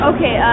Okay